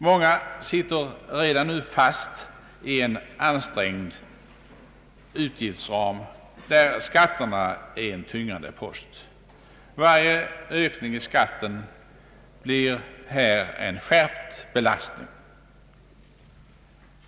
Många sitter fast 1 en ansträngd utgiftsram, där skatterna är en tyngande post. Varje ökning av skatten blir här en skärpt belastning.